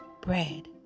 bread